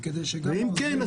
ואם כן,